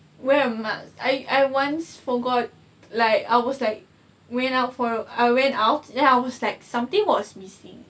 wear a mask I I once forgot like I was like went out for I went out then I was like something was missing